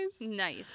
nice